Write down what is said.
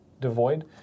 devoid